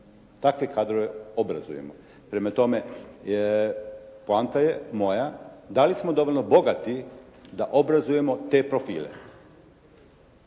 Takve kadrove obrazujemo. Prema tome, poanta je moja da li smo dovoljno bogati da obrazujemo te profile